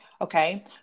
Okay